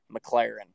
McLaren